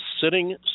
Sitting